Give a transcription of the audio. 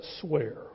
swear